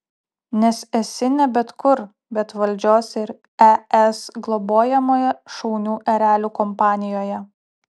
nes esi ne bet kur bet valdžios ir es globojamoje šaunių erelių kompanijoje